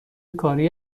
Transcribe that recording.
کاری